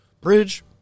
bridge